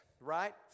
Right